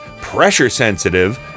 pressure-sensitive